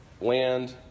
land